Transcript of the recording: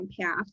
path